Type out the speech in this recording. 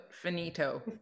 finito